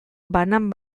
banan